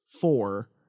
four